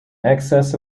excess